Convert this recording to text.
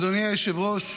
אדוני היושב-ראש,